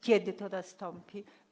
Kiedy to nastąpi?